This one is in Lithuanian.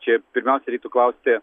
čia pirmiausia reiktų klausti